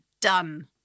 Done